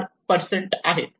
4 आहेत